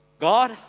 God